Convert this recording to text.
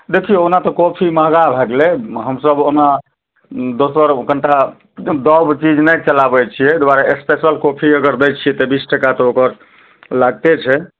देखियौ ओना तऽ कॉफी महँगा भए गेलै हमसब ओना दोसर कनिटा दब चीज नहि चलाबै छियै ओहि दुआरे स्पेशल कॉफी अगर दै छियै तऽ बीस टका तऽ ओकर लागते छै